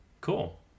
Cool